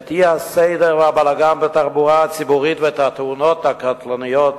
את האי-סדר והבלגן בתחבורה הציבורית ואת התאונות הקטלניות,